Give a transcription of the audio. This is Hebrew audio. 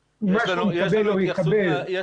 מה שהוא מקבל או יקבל זה --- אדוני היושב ראש,